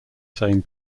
same